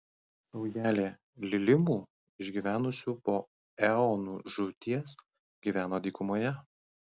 saujelė lilimų išgyvenusių po eonų žūties gyveno dykumoje